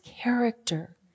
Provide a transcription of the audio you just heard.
character